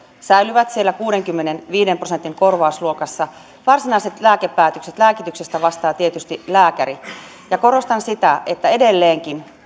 säilyvät siellä kuudenkymmenenviiden prosentin korvausluokassa varsinaisista lääkepäätöksistä lääkityksestä vastaa tietysti lääkäri korostan sitä että edelleenkin